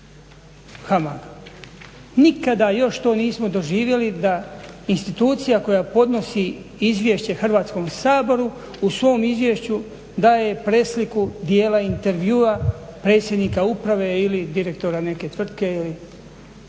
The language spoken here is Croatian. HAMAG-a. nikada to još nismo doživjeli da institucija koja podnosi izvješće Hrvatskom saboru u svom izvješću daje presliku dijela intervjua predsjednika uprave ili direktora neke tvrtke ili.